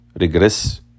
regress